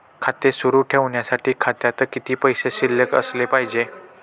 खाते सुरु ठेवण्यासाठी खात्यात किती पैसे शिल्लक असले पाहिजे?